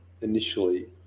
initially